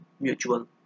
mutual